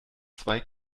zwei